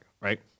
right